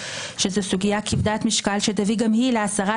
שזו סוגיה כבדת משקל שתביא גם היא להסרת